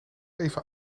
even